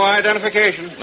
identification